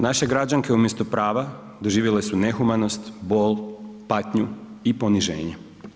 Naše građanke umjesto prava doživjele su nehumanost bol, patnju i poniženje.